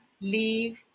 leave